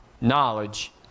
knowledge